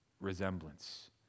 resemblance